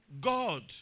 God